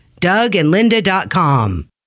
dougandlinda.com